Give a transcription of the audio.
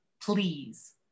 please